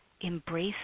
embrace